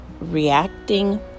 reacting